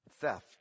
theft